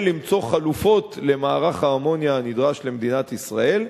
למצוא חלופות למערך האמוניה הנדרש למדינת ישראל.